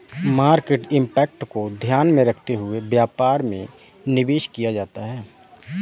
market impact को ध्यान में रखते हुए व्यापार में निवेश किया जाता है